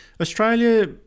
australia